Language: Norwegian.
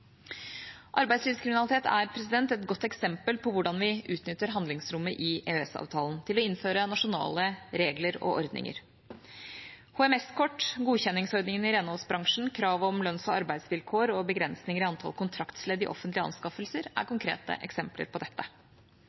Arbeidslivskriminalitet er et godt eksempel på hvordan vi utnytter handlingsrommet i EØS-avtalen til å innføre nasjonale regler og ordninger. HMS-kort, godkjenningsordningen i renholdbransjen, krav om lønns- og arbeidsvilkår og begrensninger i antall kontraktsledd i offentlige anskaffelser er konkrete eksempler på dette.